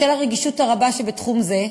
בשל הרגישות הרבה שבתחום זה,